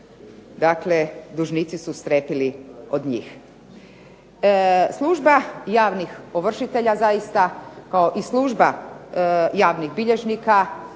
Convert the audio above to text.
Dakle, dužnici su strepili od njih. Služba javnih ovršitelja zaista kao i služba javnih bilježnika